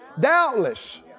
doubtless